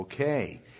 Okay